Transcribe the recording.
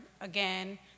again